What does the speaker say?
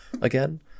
again